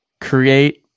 create